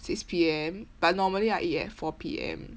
six P_M but normally I eat at four P_M